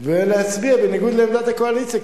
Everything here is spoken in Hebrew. ולהצביע בניגוד לעמדת הקואליציה,